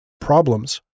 problems